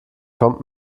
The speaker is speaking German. kommt